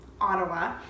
Ottawa